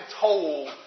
told